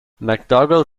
macdougall